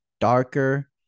darker